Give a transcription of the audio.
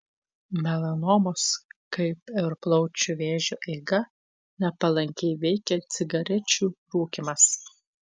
melanomos kaip ir plaučių vėžio eigą nepalankiai veikia cigarečių rūkymas